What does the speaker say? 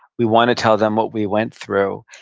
we want to tell them what we went through,